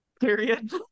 Period